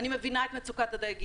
אני מבינה את מצוקת הדייגים,